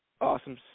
awesome